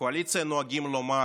בקואליציה נוהגים לומר: